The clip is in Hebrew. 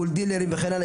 מול דילרים וכן הלאה,